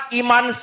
iman